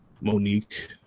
Monique